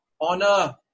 honor